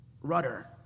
rudder